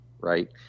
right